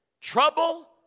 trouble